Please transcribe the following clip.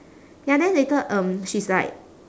ya then later um she's like